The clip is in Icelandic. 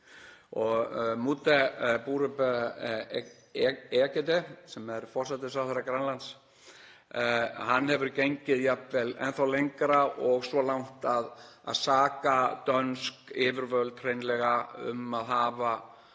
Múte Bourup Egede, forsætisráðherra Grænlands, hefur gengið jafnvel enn þá lengra og svo langt að saka dönsk yfirvöld hreinlega um að hafa